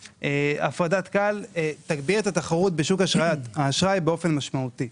שהפרדת כאל תגביר את התחרות בשוק האשראי באופן משמעותי.